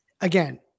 again